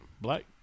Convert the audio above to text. black